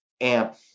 Amp